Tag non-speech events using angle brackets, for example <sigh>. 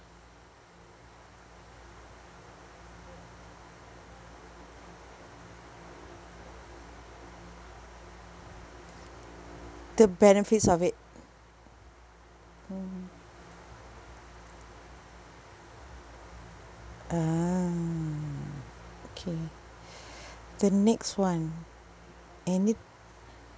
the benefits of it mm ah okay <breath> the next [one] any